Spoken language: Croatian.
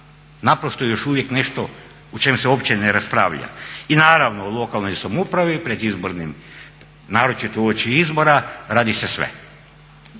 naprosto još uvijek nešto o čemu se uopće ne raspravlja. I naravno u lokalnoj samoupravi naročito uoči izbora radi se sve,